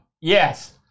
Yes